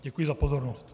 Děkuji za pozornost.